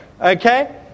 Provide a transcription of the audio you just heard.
okay